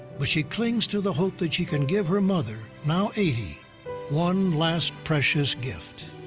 but she clings to the hope that she can give her mother now eighty one last precious gift.